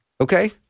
Okay